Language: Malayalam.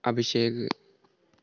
അഭിഷേക്